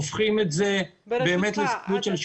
הופכים את זה לסיוט לשוטרים.